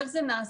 איך זה נעשה